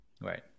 Right